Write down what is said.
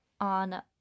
on